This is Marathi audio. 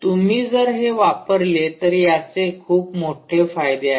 तुम्ही जर हे वापरले तर याचे खूप मोठे फायदे आहेत